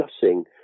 discussing